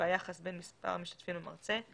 והיחס בין מספר המשתתפים למרצה,